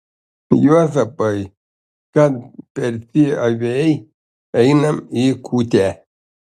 juozapai kad persiavei einam į kūtę